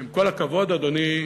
ועם כל הכבוד, אדוני,